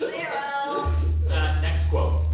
ah zero next quote.